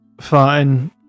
Fine